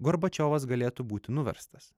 gorbačiovas galėtų būti nuverstas